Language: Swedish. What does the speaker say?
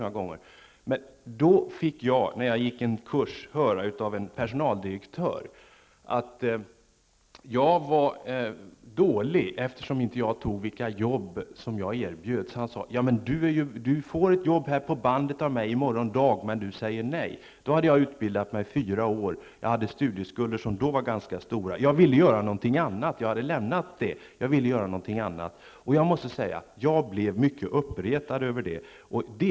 När jag då gick en kurs fick jag höra av en personaldirektör att det var dåligt av mig att inte acceptera de arbeten som jag blev erbjuden. Personaldirektören sade: Du kan få ett arbete av mig här vid bandet i morgondag, men du säger nej. Jag hade utbildat mig under fyra år och mina studieskulder var ganska stora. Jag ville göra någonting än att stå vid bandet och ansåg att jag hade lämnat sådant arbete bakom mig. Jag blev mycket uppretad över vad denne personaldirektör sade.